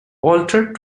altar